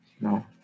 no